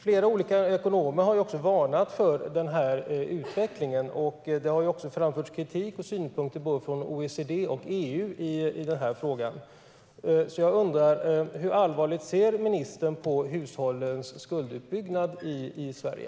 Flera ekonomer har varnat för utvecklingen, och det har även framförts kritik och synpunkter från OECD och EU i frågan. Hur allvarligt ser ministern på hushållens skulduppbyggnad i Sverige?